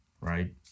right